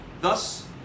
Thus